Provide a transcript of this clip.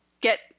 get